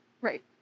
Right